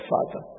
Father